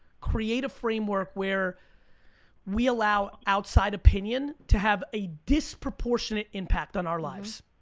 create a framework where we allow outside opinion to have a disproportionate impact on our lives,